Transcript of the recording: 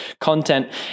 content